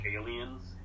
aliens